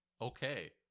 okay